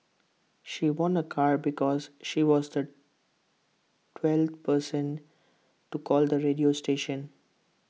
she won A car because she was the twelfth person to call the radio station